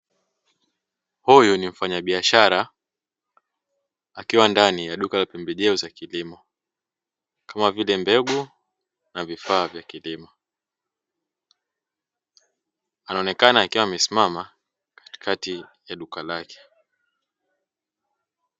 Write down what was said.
Huyu ni mfanyabiashara akiwa ndani ya duka la pembejeo za kilimo kama vile mbegu na vifaa vya kilimo, anaonekana akiwa amesimama katikati ya duka lake.